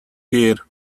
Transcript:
here